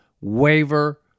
Waiver